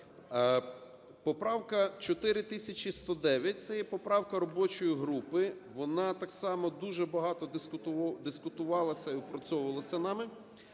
Поправка 4109 - це є поправка робочої групи. Вона так само дуже багато дискутувалася і опрацьовувалася нами.